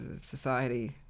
society